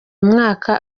umwaka